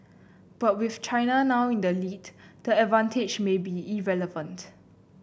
but with China now in the lead the advantage may be irrelevant